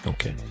Okay